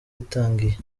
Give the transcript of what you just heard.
gitangiye